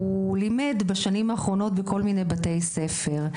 ולימד בשנים האחרונות בכל מיני בתי ספר.